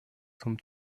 zum